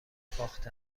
فاخته